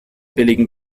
billigen